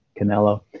Canelo